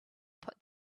put